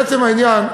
לעצם העניין,